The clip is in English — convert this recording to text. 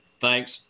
thanks